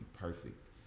perfect